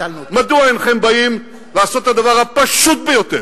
מדוע אינכם באים לעשות את הדבר הפשוט ביותר?